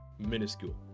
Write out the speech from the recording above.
minuscule